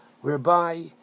whereby